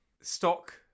stock